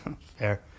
Fair